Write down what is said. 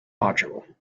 module